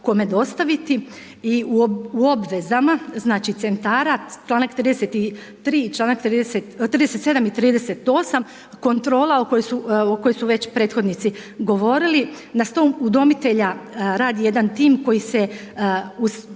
u obvezama znači centara članak 37. i 38. kontrola o kojoj su već prethodnici govorili na … radi jedan tim koji se